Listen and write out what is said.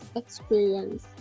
experience